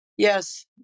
Yes